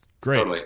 great